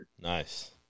Nice